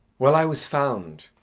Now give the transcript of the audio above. well, i was found.